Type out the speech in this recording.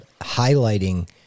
highlighting